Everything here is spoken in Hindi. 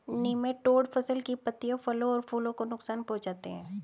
निमैटोड फसल की पत्तियों फलों और फूलों को नुकसान पहुंचाते हैं